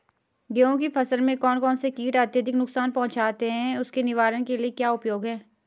गेहूँ की फसल में कौन कौन से कीट अत्यधिक नुकसान पहुंचाते हैं उसके निवारण के क्या उपाय हैं?